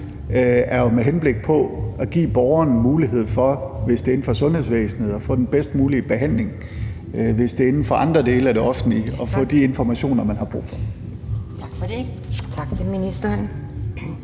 jo med henblik på at give borgerne en mulighed for, hvis det er inden for sundhedsvæsenet, at få den bedst mulige behandling, og hvis det er inden for andre dele af det offentlige, at få de informationer, de har brug for. Kl. 17:49 Anden